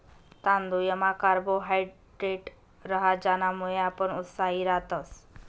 तांदुयमा कार्बोहायड्रेट रहास ज्यानामुये आपण उत्साही रातस